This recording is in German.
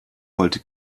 wollte